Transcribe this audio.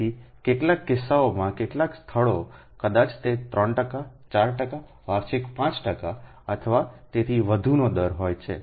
તેથી કેટલાક કિસ્સાઓમાં કેટલાક સ્થળો કદાચ તે 3 ટકા 4 ટકા વાર્ષિક 5 ટકા અથવા તેથી વધુના દરે હોય છે